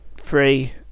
three